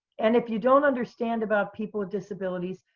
and if you don't understand about people with disabilities,